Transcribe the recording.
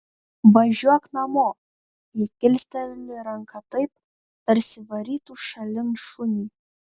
važiuok namo ji kilsteli ranką taip tarsi varytų šalin šunį